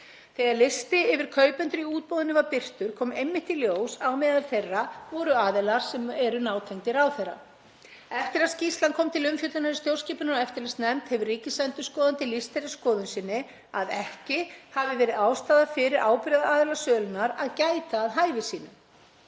Þegar listi yfir kaupendur í útboðinu var birtur kom einmitt í ljós að á meðal þeirra voru aðilar sem eru nátengdir ráðherra. Eftir að skýrslan kom til umfjöllunar í stjórnskipunar- og eftirlitsnefnd hefur ríkisendurskoðandi lýsti þeirri skoðun sinni að ekki hafi verið ástæða fyrir ábyrgðaraðila sölunnar að gæta að hæfi sínu.